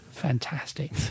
fantastic